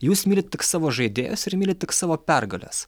jūs mylit tik savo žaidėjus ir mylit tik savo pergales